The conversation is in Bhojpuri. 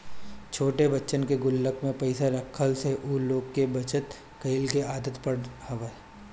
छोट बच्चन के गुल्लक में पईसा रखवला से उ लोग में बचत कइला के आदत पड़त हवे